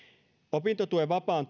opintotuen vapaan